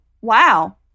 wow